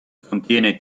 contiene